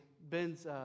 Ben's